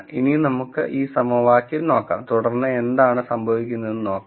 ഇനി നമുക്ക് ഈ സമവാക്യം നോക്കാം തുടർന്ന് എന്താണ് സംഭവിക്കുന്നതെന്ന് നോക്കാം